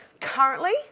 currently